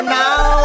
now